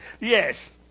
Yes